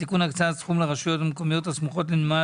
(תיקון הקצאת סכום לרשויות המקומיות הסמוכות לנמל